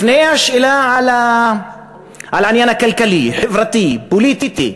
לפני השאלה על העניין הכלכלי, החברתי, הפוליטי,